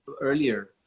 earlier